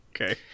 Okay